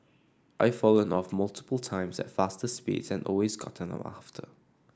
I've fallen off multiple times at faster speeds and always gotten up after